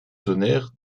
tonnerre